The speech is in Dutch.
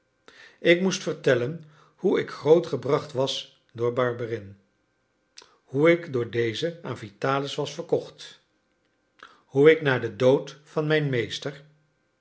ik moest vertellen hoe ik grootgebracht was door barberin hoe ik door dezen aan vitalis was verkocht hoe ik na den dood van mijn meester